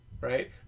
right